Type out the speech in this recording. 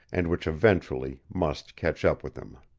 and which eventually must catch up with him.